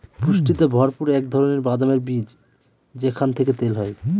পুষ্টিতে ভরপুর এক ধরনের বাদামের বীজ যেখান থেকে তেল হয়